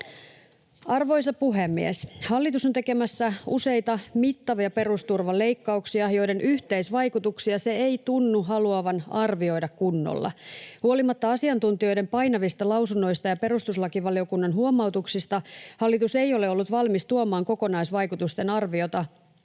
Arvoisa puhemies! Hallitus on tekemässä useita mittavia perusturvaleikkauksia, joiden yhteisvaikutuksia se ei tunnu haluavan arvioida kunnolla. Huolimatta asiantuntijoiden painavista lausunnoista ja perustuslakivaliokunnan huomautuksista hallitus ei ole ollut valmis tuomaan kokonaisvaikutusten arviota